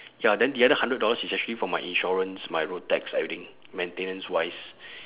ya then the other hundred dollars is actually for my insurance my road tax everything maintenance wise